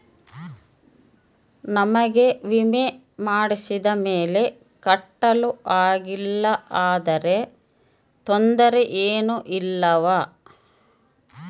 ನಮಗೆ ವಿಮೆ ಮಾಡಿಸಿದ ಮೇಲೆ ಕಟ್ಟಲು ಆಗಿಲ್ಲ ಆದರೆ ತೊಂದರೆ ಏನು ಇಲ್ಲವಾ?